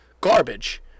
garbage